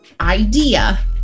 idea